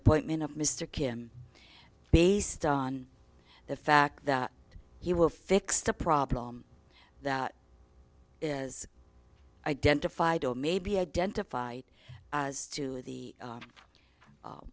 appointment of mr kim based on the fact that he will fix the problem that is identified or maybe identified as to the